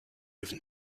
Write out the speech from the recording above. even